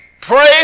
pray